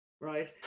right